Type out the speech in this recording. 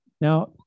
Now